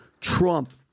Trump